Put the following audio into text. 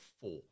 four